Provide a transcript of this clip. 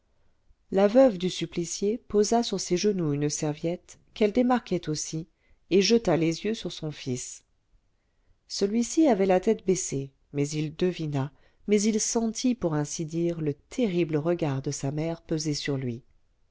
la veuve du supplicié posa sur ses genoux une serviette qu'elle démarquait aussi et jeta les yeux sur son fils celui-ci avait la tête baissée mais il devina mais il sentit pour ainsi dire le terrible regard de sa mère peser sur lui